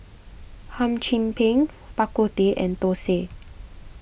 Hum Chim Peng Bak Kut Teh and Thosai